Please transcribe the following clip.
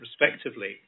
respectively